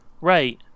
Right